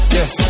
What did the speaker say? Yes